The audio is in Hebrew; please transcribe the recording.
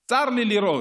צר לי לראות